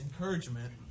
encouragement